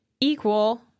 equal